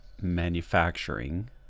manufacturing